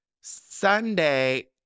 Sunday